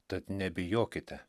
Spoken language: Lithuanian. tad nebijokite